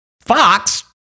Fox